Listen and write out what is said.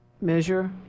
measure